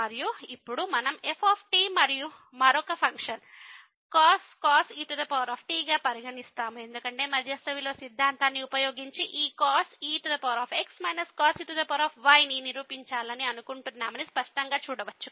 మరియు ఇప్పుడు మనం f మరొక ఫంక్షన్ cos e t గా పరిగణిస్తాము ఎందుకంటే మధ్యస్థ విలువ సిద్ధాంతాన్ని ఉపయోగించి ఈ cos e x cos e y ని నిరూపించాలను కుంటున్నామని స్పష్టంగా చూడవచ్చు